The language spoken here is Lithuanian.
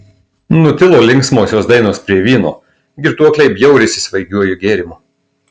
nutilo linksmosios dainos prie vyno girtuokliai bjaurisi svaigiuoju gėrimu